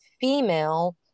female